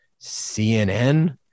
CNN